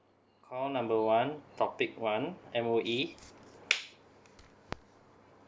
call number one topic one M_O_E